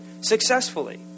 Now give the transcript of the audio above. successfully